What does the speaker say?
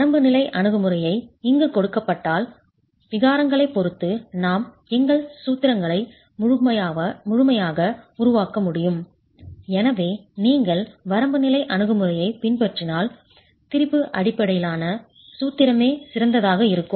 வரம்பு நிலை அணுகுமுறையை இங்கு கொடுக்கப்பட்டால் விகாரங்களைப் பொறுத்து நாம் எங்கள் சூத்திரங்களை முழுவதுமாக உருவாக்க முடியும் எனவே நீங்கள் வரம்பு நிலை அணுகுமுறையைப் பின்பற்றினால் திரிபு அடிப்படையிலான சூத்திரமே சிறந்ததாக இருக்கும்